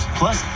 plus